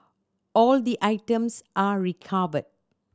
all the items are recovered